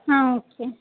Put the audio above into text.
ஆ okay